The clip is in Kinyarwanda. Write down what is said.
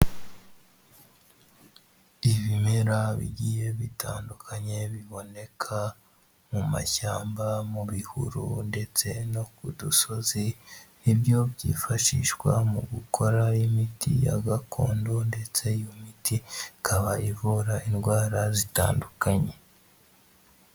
Ibimera bigiye bitandukanye, biboneka mu mashyamba, mu bihuru ndetse no ku dusozi, ni byo byifashishwa mu gukora imiti ya gakondo, ndetse iyo miti ikaba ivura indwara zitandukanye.